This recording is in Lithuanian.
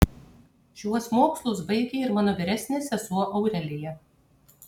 šiuos mokslus baigė ir mano vyresnė sesuo aurelija